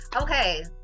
Okay